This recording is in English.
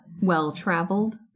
well-traveled